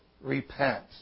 Repent